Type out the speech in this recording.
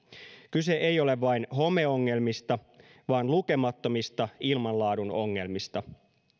kyse ei ole vain homeongelmista vaan lukemattomista ilmanlaadun ongelmista